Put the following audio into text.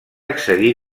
accedir